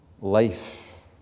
life